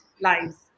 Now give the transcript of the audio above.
lives